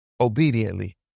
obediently